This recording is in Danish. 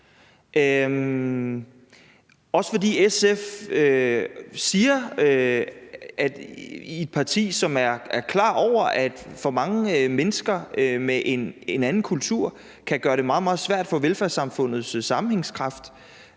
også fordi SF siger, at man er et parti, som er klar over, at for mange mennesker med en anden kultur kan gøre det meget, meget svært at få velfærdssamfundets sammenhængskraft